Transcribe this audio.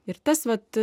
ir tas vat